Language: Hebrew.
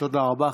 תודה רבה.